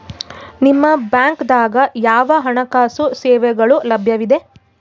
ನಿಮ ಬ್ಯಾಂಕ ದಾಗ ಯಾವ ಹಣಕಾಸು ಸೇವೆಗಳು ಲಭ್ಯವಿದೆ?